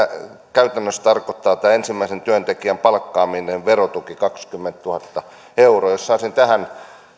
käytännössä tarkoittaa tämä ensimmäisen työntekijän palkkaamisen verotuki kaksikymmentätuhatta euroa jos saisin tähän